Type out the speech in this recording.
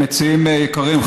מציעים יקרים,